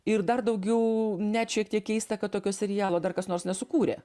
ir dar daugiau net šiek tiek keista kad tokio serialo dar kas nors nesukūrė